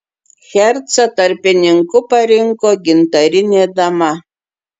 hercą tarpininku parinko gintarinė dama